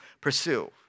pursue